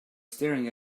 staring